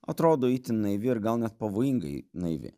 atrodo itin naivi ir gal net pavojingai naivi